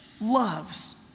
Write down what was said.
loves